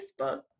Facebook